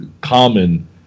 common